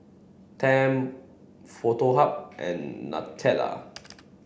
Tempt Foto Hub and Nutella